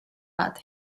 pat